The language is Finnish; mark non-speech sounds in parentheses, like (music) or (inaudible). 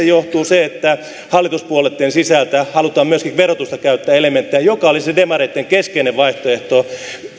(unintelligible) johtuu se että hallituspuolueitten sisältä halutaan myöskin verotusta käyttää elementtinä joka olisi demareitten keskeinen vaihtoehto